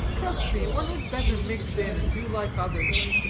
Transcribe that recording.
trust me, one had better mix in, and do like others.